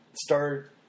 start